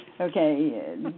Okay